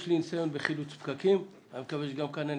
יש לי ניסיון בחילוץ פקקים ואני מקווה שאעשה זאת גם כאן.